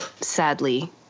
sadly